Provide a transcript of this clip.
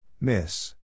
Miss